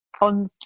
on